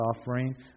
offering